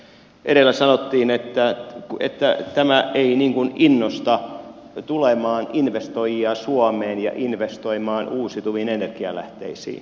edellä sanottiin että tämä ei niin kuin innosta investoijia tulemaan suomeen ja investoimaan uusiutuviin energialähteisiin